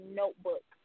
notebook